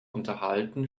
unterhalten